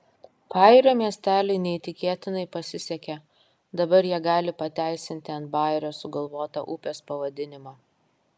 pajūrio miesteliui neįtikėtinai pasisekė dabar jie gali pateisinti ant bajerio sugalvotą upės pavadinimą